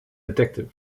detective